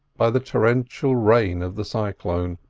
by the torrential rain of the cyclone.